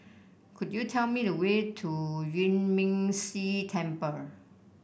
could you tell me the way to Yuan Ming Si Temple